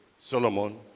Solomon